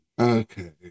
Okay